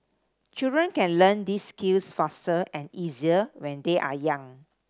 children can learn these skills faster and easier when they are young